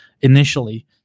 initially